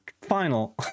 final